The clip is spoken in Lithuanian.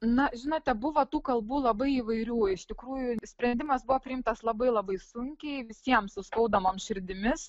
na žinote buvo tų kalbų labai įvairių iš tikrųjų sprendimas buvo priimtas labai labai sunkiai visiems su skaudamoms širdimis